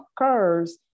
occurs